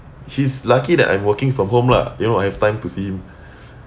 he's lucky that I'm working from home lah you know I have time to see him